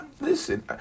listen